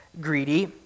greedy